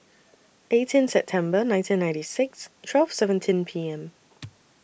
eighteen September nineteen ninety six twelve seventeen P M